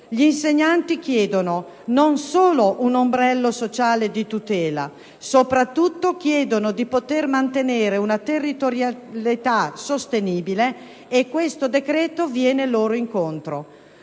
Gli insegnanti non chiedono solo un ombrello sociale di tutela: chiedono soprattutto di poter mantenere una territorialità sostenibile, e questo decreto viene loro incontro.